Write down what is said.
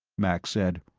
max said,